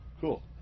Cool